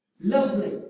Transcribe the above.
Lovely